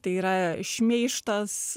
tai yra šmeižtas